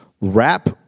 wrap